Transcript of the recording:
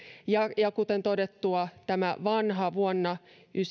kuten todettua tämä vanha vuonna